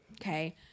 Okay